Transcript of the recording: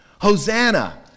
Hosanna